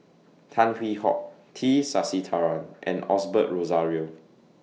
Tan Hwee Hock T Sasitharan and Osbert Rozario